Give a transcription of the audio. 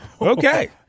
okay